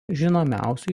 žinomiausių